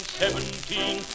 seventeen